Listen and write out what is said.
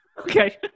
okay